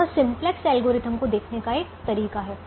यह simplex algorithm को देखने का एक तरीका है